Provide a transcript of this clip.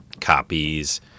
copies